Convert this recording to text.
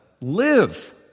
live